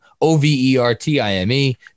O-V-E-R-T-I-M-E